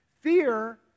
Fear